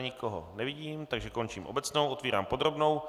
Nikoho nevidím, takže končím obecnou, otevírám podrobnou.